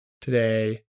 today